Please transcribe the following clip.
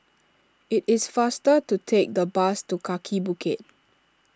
it is faster to take the bus to Kaki Bukit